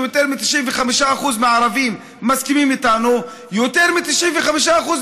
הצד של אכיפה אפקטיבית ולא סלקטיבית צריך להיות מחוזק מאוד